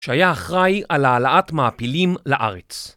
‫שהיה אחראי על העלאת מעפילים לארץ.